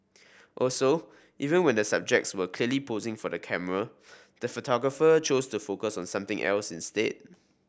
also even when the subjects were clearly posing for the camera the photographer chose to focus on something else instead